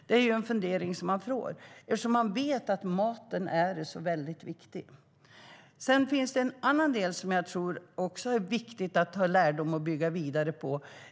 Det är en fundering man får. Vi vet att maten är väldigt viktig. Det finns en annan del som också är viktig att ta lärdom av och bygga vidare på.